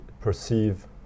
perceive